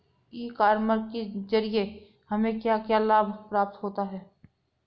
E commerce के ज़रिए हमें क्या क्या लाभ प्राप्त होता है?